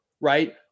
right